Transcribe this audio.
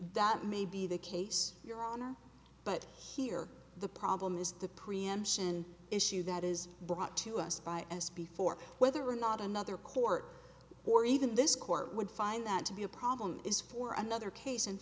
that may be the case your honor but here the problem is the preemption issue that is brought to us by as before whether or not another court or even this court would find that to be a problem is for another case and